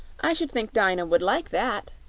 i should think dyna would like that,